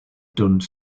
done